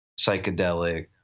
psychedelic